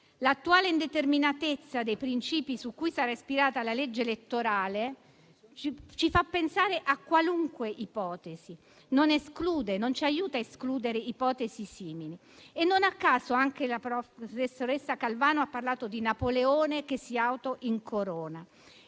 L'attuale indeterminatezza dei princìpi su cui sarà ispirata la legge elettorale ci fa pensare a qualunque ipotesi e non ci aiuta a escludere ipotesi simili. Non a caso anche la professoressa Calvano ha parlato di Napoleone che si auto incorona.